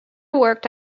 worked